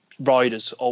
riders